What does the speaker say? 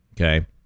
okay